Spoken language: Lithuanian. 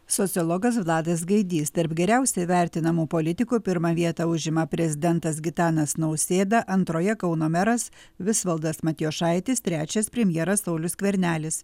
sociologas vladas gaidys tarp geriausia vertinamų politikų pirmą vietą užima prezidentas gitanas nausėda antroje kauno meras visvaldas matijošaitis trečias premjeras saulius skvernelis